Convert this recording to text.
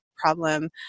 problem